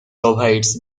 provides